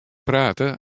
prate